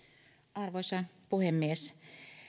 arvoisa puhemies